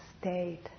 state